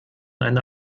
eine